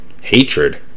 hatred